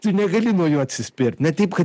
tu negali nuo jo atsispirt ne taip kad